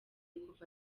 kuva